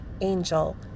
angel